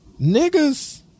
niggas